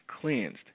cleansed